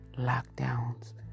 lockdowns